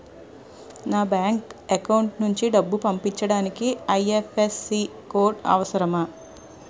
నా bank account నుంచి డబ్బు పంపించడానికి ఐ.ఎఫ్.ఎస్.సి కోడ్ అవసరమా?